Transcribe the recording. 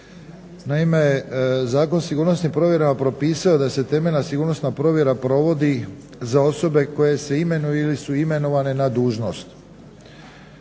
Naime, Zakon o sigurnosnim provjerama propisao je da se temeljna sigurnosna provjera provodi za osobe koje se imenuju ili su imenovane na dužnost.